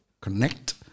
connect